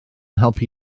helpu